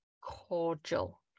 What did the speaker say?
Cordial